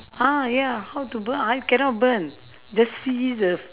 ah ya how to burn I cannot burn just see the